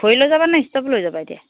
খৰি লৈ যাবনে ষ্টভ লৈ যাবা এতিয়া